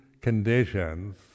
conditions